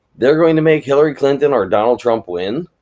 they are going to make hillary clinton or donald trump win?